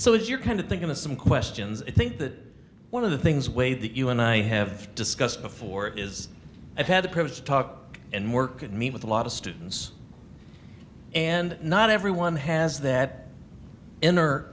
so as you're kind of thinking of some questions i think that one of the things way that you and i have discussed before is i've had the privilege to talk and work and meet with a lot of students and not everyone has that inner